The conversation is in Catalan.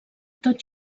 tot